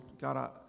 God